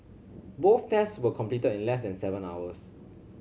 both tests were completed in less than seven hours